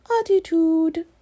Attitude